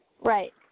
Right